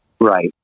Right